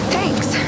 Thanks